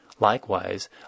Likewise